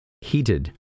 heated